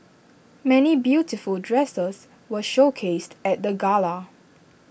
many beautiful dresses were showcased at the gala